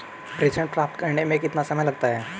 प्रेषण प्राप्त करने में कितना समय लगता है?